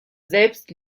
selbst